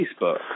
Facebook